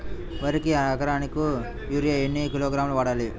వరికి ఎకరాకు యూరియా ఎన్ని కిలోగ్రాములు వాడాలి?